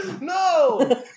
No